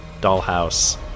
Dollhouse